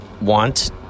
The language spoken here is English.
want